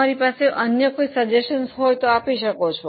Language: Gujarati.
તમારી પાસે કોઈ અન્ય સૂચનો હોય તો આપી શકો છો